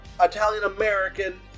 Italian-American